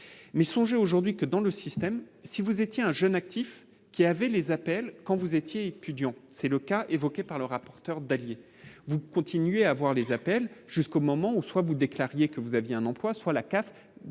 mais songez aujourd'hui que dans le système si vous étiez un jeune actif qui avait les appels quand vous étiez étudiant c'est le cas évoqués par le rapporteur d'alliés, vous continuez à avoir les appels jusqu'au moment ou soit vous déclariez que vous aviez un emploi soit la CAF vous